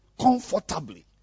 comfortably